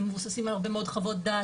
הם מבוססים על הרבה מאוד חוות דעת,